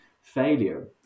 failure